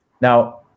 now